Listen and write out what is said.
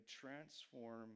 transform